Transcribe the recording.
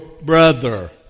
brother